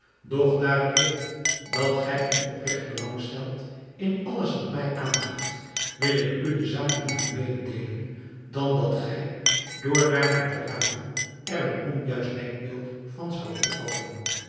daar ik weet dat gij een opregt belang stelt in alles wat mij aangaat wil ik u de zaak liever mededeelen dan dat gij door daar naar te raden er een onjuist denkbeeld van zoudt opvatten